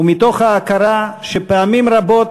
ומתוך ההכרה שפעמים רבות